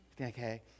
Okay